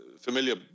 familiar